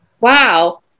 wow